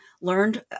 learned